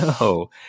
No